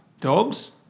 Dogs